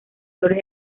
flores